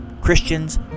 Christians